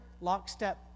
lockstep